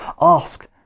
ask